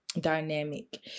Dynamic